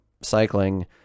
cycling